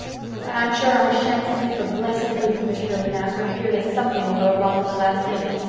but i'm sure i shan't sleep a blessed wink, miss shirley, ma'am, for fear that something'll go wrong at the last minute.